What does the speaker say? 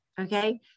okay